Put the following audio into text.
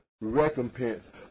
recompense